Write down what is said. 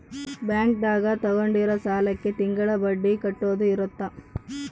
bank ದಾಗ ತಗೊಂಡಿರೋ ಸಾಲಕ್ಕೆ ತಿಂಗಳ ಬಡ್ಡಿ ಕಟ್ಟೋದು ಇರುತ್ತ